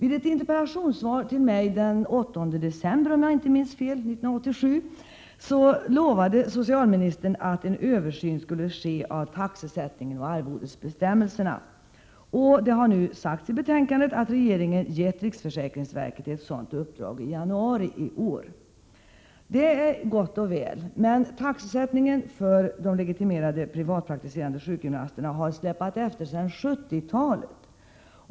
I ett interpellationssvar till mig den 8 december 1987 lovade socialministern att en översyn av taxesättningen och arvodesbestämmelserna skulle göras. Det har nu sagts i betänkandet att regeringen har gett riksförsäkringsverket ett sådant uppdrag i januari i år. Det är gott och 53 väl, men taxeutvecklingen för de privatpraktiserande sjukgymnasterna har släpat efter sedan 70-talet.